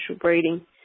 breeding